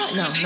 no